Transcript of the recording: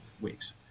weeks